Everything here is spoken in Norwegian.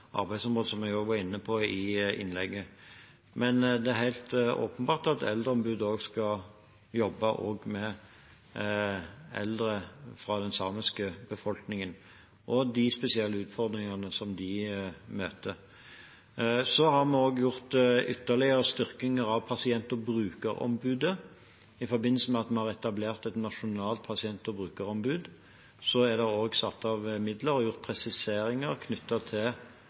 som jeg også var inne på i innlegget mitt. Men det er helt åpenbart at Eldreombudet også skal jobbe med eldre fra den samiske befolkningen, og med de spesielle utfordringene som de møter. Så har vi ytterligere styrket Pasient- og brukerombudet i forbindelse med at vi har etablert et nasjonalt pasient- og brukerombud. Så er det også satt av midler og gjort presiseringer knyttet til